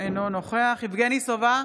אינו נוכח יבגני סובה,